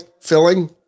filling